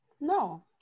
No